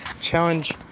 challenge